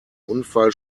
unfall